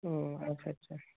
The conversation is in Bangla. ও আচ্ছা আচ্ছা